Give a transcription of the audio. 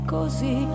così